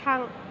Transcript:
थां